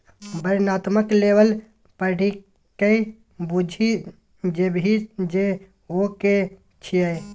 वर्णनात्मक लेबल पढ़िकए बुझि जेबही जे ओ कि छियै?